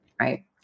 right